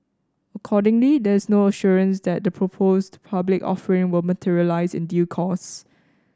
accordingly there is no assurance that the proposed public offering will materialise in due course